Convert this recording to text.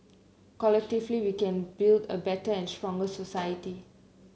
collectively we can build a better and stronger society